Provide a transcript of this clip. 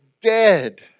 dead